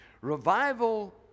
Revival